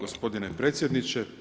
Gospodine predsjedniče.